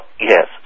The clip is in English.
yes